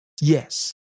Yes